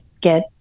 get